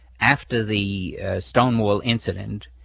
after the stonewall incident,